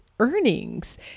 Earnings